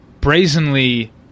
brazenly